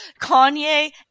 Kanye